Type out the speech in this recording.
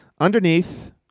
underneath